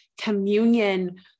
communion